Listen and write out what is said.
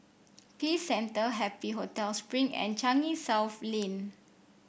Peace Centre Happy Hotel Spring and Changi South Lane